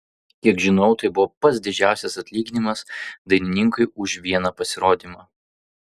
kiek žinojau tai buvo pats didžiausias atlyginimas dainininkui už vieną pasirodymą